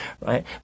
right